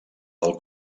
del